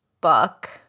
book